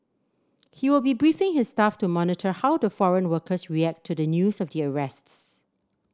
he will be briefing his staff to monitor how the foreign workers react to the news of the arrests